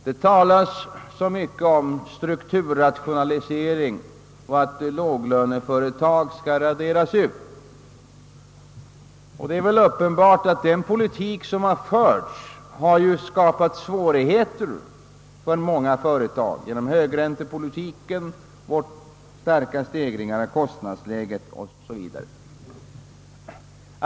Det talas så mycket om strukturrationalisering och att låglöneföretag skall raderas ut, och den politik som har förts har skapat svårigheter för många företag genom den höga räntan och starka stegringar i kostnadsläget o. s. v.